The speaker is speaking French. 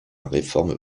réforme